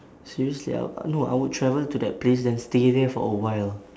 seriously I'll no I would travel to that place then stay there for a while